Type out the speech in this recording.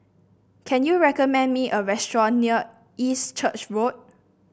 can you recommend me a restaurant near East Church Road